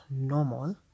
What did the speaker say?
normal